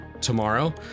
Tomorrow